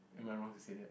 am I wrong to say that